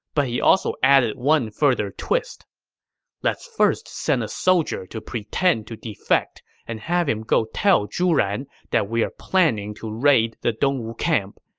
but he also added one further twist let's first send a soldier to pretend to defect and have him go tell zhu ran that we are planning to raid the dongwu camp.